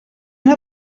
una